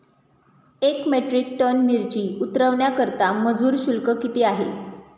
एक metric ton मिरची उतरवण्याकरता मजूर शुल्क किती आहे?